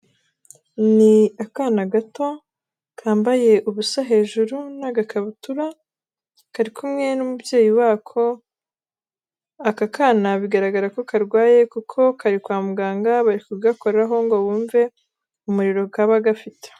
Ni akana gato kambaye ubusa hejuru n'agakabutura kari kumwe n'umubyeyi wako, aka kana bigaragara ko karwaye kuko kari kwa muganga bari kugakoraho ngo bumve umuriro kaba gafite.